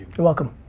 you're welcome.